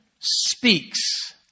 Speaks